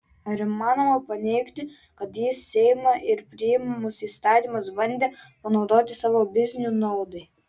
ar įmanoma paneigti kad jis seimą ir priimamus įstatymus bandė panaudoti savo biznių naudai